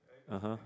(uh huh)